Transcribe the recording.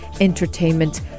entertainment